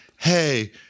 hey